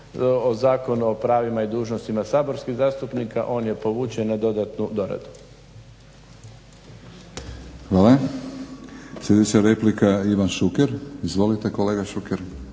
o Zakonu o pravima i dužnostima saborskih zastupnika on je povučen na dodatnu doradu. **Batinić, Milorad (HNS)** Hvala. Sljedeća replika Ivan Šuker. Izvolite kolega Šuker.